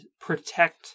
protect